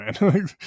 man